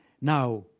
Now